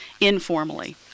informally